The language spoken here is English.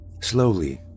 slowly